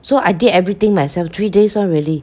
so I did everything myself three days ah really